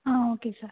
ah okay sir